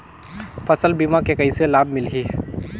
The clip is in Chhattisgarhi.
फसल बीमा के कइसे लाभ मिलही?